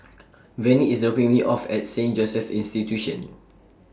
Venie IS dropping Me off At Saint Joseph's Institution